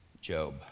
Job